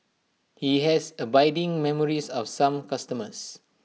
he has abiding memories of some customers